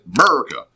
America